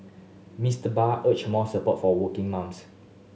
Mister Bay urged more support for working mums